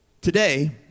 Today